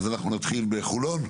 אז נתחיל בחולון.